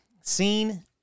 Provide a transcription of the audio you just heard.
seen